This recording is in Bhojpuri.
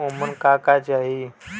ओमन का का चाही?